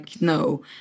no